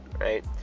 right